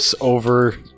over